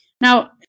Now